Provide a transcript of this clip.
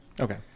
Okay